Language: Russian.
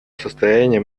состояние